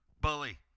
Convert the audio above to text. Bully